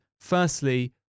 firstly